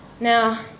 Now